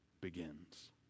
begins